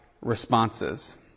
responses